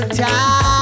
time